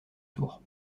tour